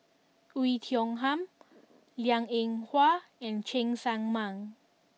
Oei Tiong Ham Liang Eng Hwa and Cheng Tsang Man